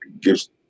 gives